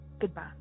Goodbye